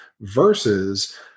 Versus